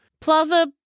Plaza